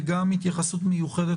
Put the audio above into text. וגם התייחסות מיוחדת